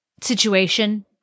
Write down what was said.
situation